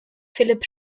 philipp